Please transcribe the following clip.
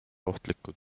ohtlikud